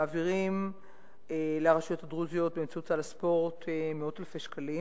ומעבירים לרשויות הדרוזיות באמצעות סל הספורט מאות אלפי שקלים.